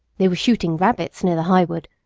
they were shooting rabbits near the highwood,